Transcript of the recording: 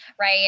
right